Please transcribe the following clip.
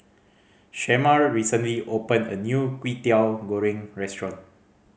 Shemar recently opened a new Kwetiau Goreng restaurant